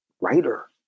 writer